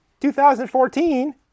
2014